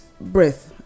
breath